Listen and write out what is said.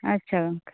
ᱟᱪᱪᱷᱟ ᱜᱚᱝᱠᱮ